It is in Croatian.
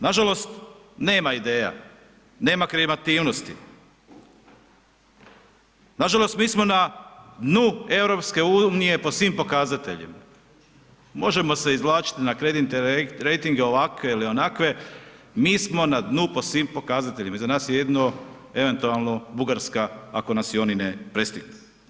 Nažalost nema ideja, nema kreativnosti, nažalost mi smo na dnu EU po svim pokazateljima, možemo se izvlačiti na kreditni rejtinge ovakve ili onakve mi smo na dnu po svim pokazateljima iza nas je jedino eventualno Bugarska ako nas i oni ne prestignu.